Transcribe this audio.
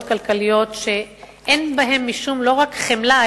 כלכליות שאין בהן משום לא רק חמלה,